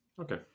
Okay